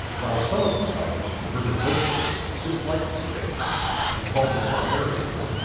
while some of the scholars converted most of them disliked the jesuits and called them barbarians.